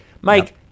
Mike